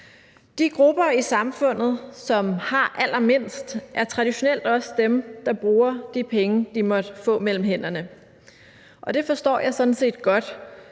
De grupper i samfundet, som har allermindst, er traditionelt også dem, der bruger de penge, de måtte få mellem hænderne, og det forstår jeg sådan set godt,